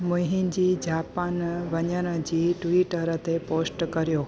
मुंहिंजी जापान वञण जी ट्वीटर ते पोस्ट करियो